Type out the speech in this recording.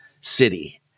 city